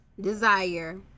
desire